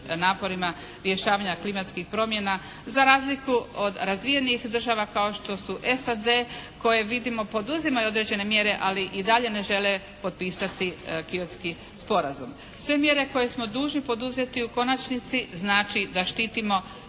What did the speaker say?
naporima rješavanja klimatskih promjena za razliku od razvijenih država kao što su SAD koje vidimo poduzimaju određene mjere, ali i dalje ne žele potpisati Kyotski sporazum. Sve mjere koje smo dužni poduzeti u konačnici znači da štitimo